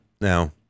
now